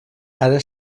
ara